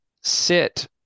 sit